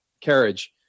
carriage